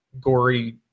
gory